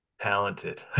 talented